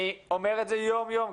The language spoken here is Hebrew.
אני אומר את זה יום יום,